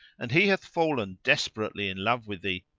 and he hath fallen desperately in love with thee,